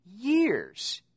years